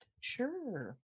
Sure